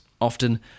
often